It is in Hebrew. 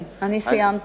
כן, אני סיימתי.